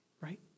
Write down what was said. Right